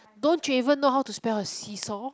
don't you even know how to spell a seesaw